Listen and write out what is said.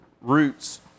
roots